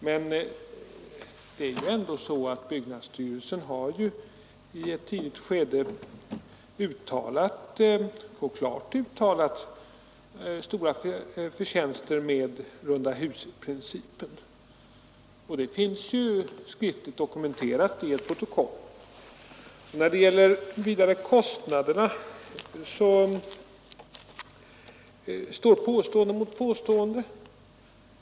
Men det är ju ändå så att byggnadsstyrelsen i ett tidigare skede klart uttalat stora förtjänster med rundahusprincipen. Det finns ju skriftligt dokumenterat i ett protokoll. Vad vidare beträffar kostnaderna står påstående mot påstående.